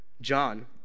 John